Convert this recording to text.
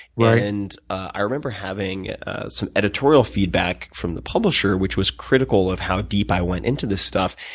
yeah and i remember having some editorial feedback from the publisher, which was critical of how deep i went into this stuff.